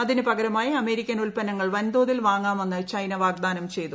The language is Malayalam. അതിനു പകരമായി അമേരിക്കൻ ഉല്പന്നങ്ങൾ വൻതോതിൽ വാങ്ങാമെന്ന് ചൈന വാഗ്ദാനം ചെയ്തു